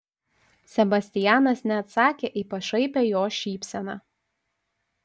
sebastianas neatsakė į pašaipią jos šypseną